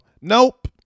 Nope